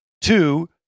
two